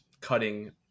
cutting